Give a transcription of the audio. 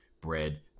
bread